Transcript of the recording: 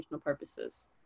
purposes